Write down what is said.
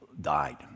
died